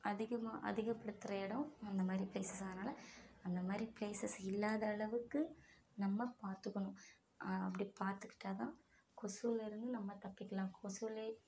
அதிகமாக அதிகபடுத்துகிற இடம் அந்த மாதிரி பிளேசஸ் தான் அதனால அந்த மாதிரி பிளேசஸ் இல்லாத அளவுக்கு நம்ம பார்த்துக்கணும் அப்படி பார்த்துக்கிட்டா தான் கொசுவில் இருந்து நம்ம தப்பிக்கலாம் கொசுவில்